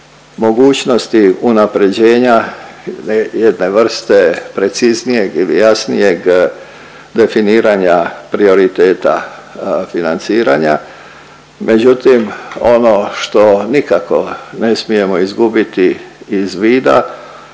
mogućnosti unaprjeđenja jedne vrste preciznijeg ili jasnijeg definiranja prioriteta financiranja. Međutim ono što nikako ne smijemo izgubiti iz vida